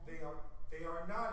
they are they are not